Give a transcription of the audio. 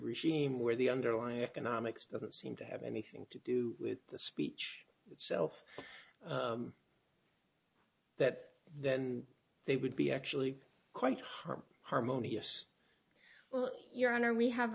regime where the underlying economics doesn't seem to have anything to do with the speech itself that they would be actually quite hard harmonious well your honor we have